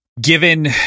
Given